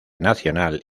nacional